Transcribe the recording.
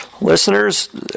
Listeners